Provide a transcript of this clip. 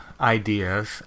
ideas